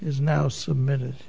is now submitted